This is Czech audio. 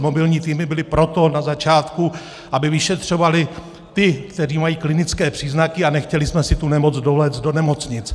Mobilní týmy byly proto na začátku, aby vyšetřovaly ty, kteří mají klinické příznaky, a nechtěli jsme si tu nemoc dovléct do nemocnic.